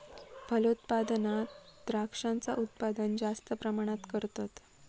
फलोत्पादनात द्रांक्षांचा उत्पादन जास्त प्रमाणात करतत